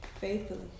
Faithfully